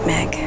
Meg